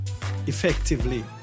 effectively